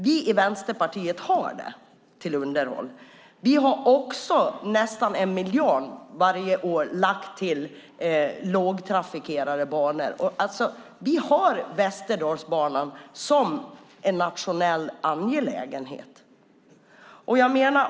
Vi i Vänsterpartiet har det till underhåll. Vi har också lagt nästan 1 miljard varje år till lågtrafikerade banor, och vi har Västerdalsbanan som en nationell angelägenhet.